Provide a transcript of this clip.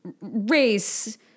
race